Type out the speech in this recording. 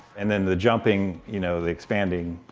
and then the jumping, you know, the expanding,